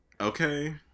Okay